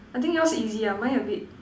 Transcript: I think yours easy ah mine a bit